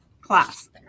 class